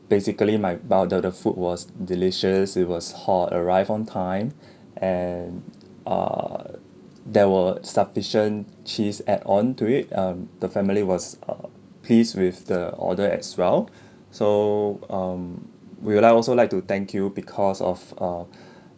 basically my about the the food was delicious it was hot arrive on time and err there were sufficient cheese add on to it um the family was err pleased with the order as well so um we will like also like to thank you because of uh